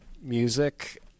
music